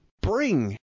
bring